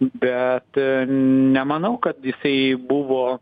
bet nemanau kad jisai buvo